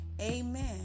Amen